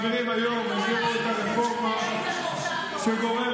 ומעבירים היום את הרפורמה שגורמת,